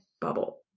bubble